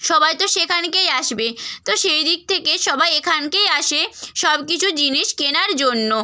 সবাই তো সেখানকেই আসবে তো সেই দিক থেকেই সবাই এখানকেই আসে সব কিছু জিনিস কেনার জন্য